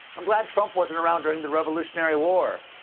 i'm glad trump wasn't around during the revolutionary war.